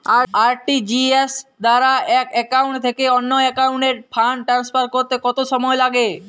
RTGS দ্বারা এক account থেকে অন্য একাউন্টে ফান্ড ট্রান্সফার করতে কত সময় লাগে?